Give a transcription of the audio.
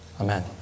Amen